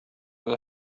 على